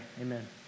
amen